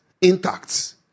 intact